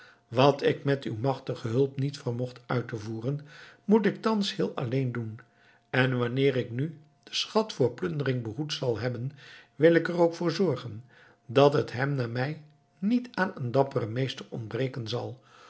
wat ik met uw machtige hulp niet vermocht uit te voeren moet ik thans heel alleen doen en wanneer ik nu den schat voor plundering behoed zal hebben wil ik er ook voor zorgen dat het hem na mij niet aan een dapperen meester ontbreken zal